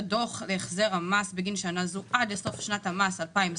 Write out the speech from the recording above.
הדוח להחזר המס בגין שנה זו עד לסוף שנת המס 2022,